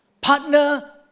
Partner